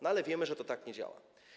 No, ale wiemy, że to tak nie działa.